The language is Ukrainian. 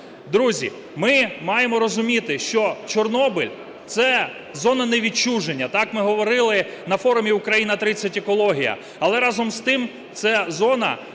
Друзі, ми маємо розуміти, що Чорнобиль – це зона не відчуження, так ми говорили на форумі "Україна-30. Екологія". Але, разом з тим, це зона, якій